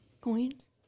Coins